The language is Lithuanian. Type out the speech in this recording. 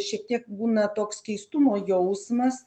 šiek tiek būna toks keistumo jausmas